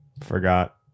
forgot